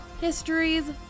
histories